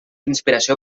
inspiració